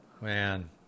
Man